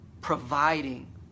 providing